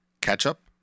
ketchup